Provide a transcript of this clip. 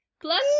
plus